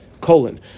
colon